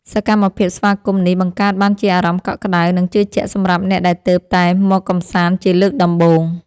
សកម្មភាពស្វាគមន៍នេះបង្កើតបានជាអារម្មណ៍កក់ក្ដៅ និងជឿជាក់សម្រាប់អ្នកដែលទើបតែមកកម្សាន្តជាលើកដំបូង។